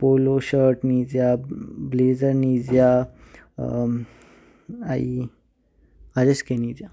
पोलो shirt निज्य, blazer निज्य, आई हेझके निज्य।